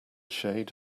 shade